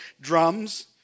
drums